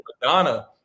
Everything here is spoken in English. Madonna